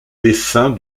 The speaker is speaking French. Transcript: dessins